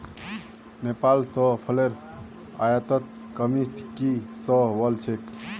नेपाल स फलेर आयातत कमी की स वल छेक